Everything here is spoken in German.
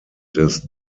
des